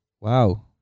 Wow